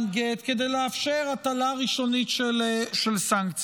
גט כדי לאפשר הטלה ראשונית של סנקציות.